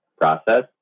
process